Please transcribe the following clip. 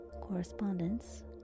Correspondence